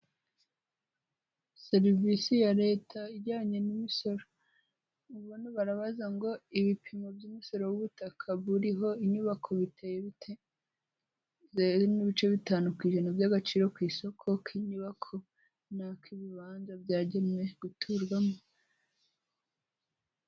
Serivisi ya Leta ijyanye n'imisoro. Ubu bano barabaza ngo ibipimo by'umusoro w'ubutaka buriho inyubako buteye bute? Zeru n'ibice bitanu ku ijana by'agaciro ku isoko k'inyubako n'ak'ibibanza byagenwe guturwamo.